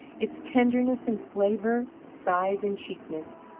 its tenderness and flavour, size and cheapness,